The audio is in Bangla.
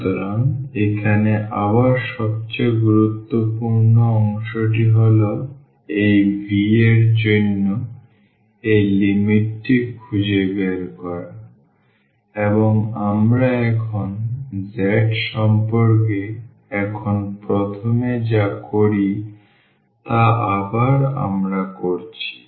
সুতরাং এখানে আবার সবচেয়ে গুরুত্বপূর্ণ অংশটি হল এই V এর জন্য এই লিমিটটি খুঁজে বের করা এবং আমরা এখন Z সম্পর্কে এখন প্রথমে যা করি তা আবার আমরা রাখছি